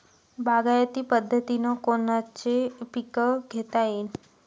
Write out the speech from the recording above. बागायती पद्धतीनं कोनचे पीक घेता येईन?